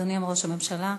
אדוני ראש הממשלה,